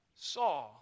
saw